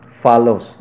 follows